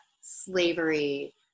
slavery